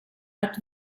att